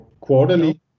quarterly